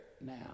now